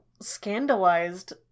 scandalized